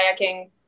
kayaking